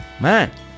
man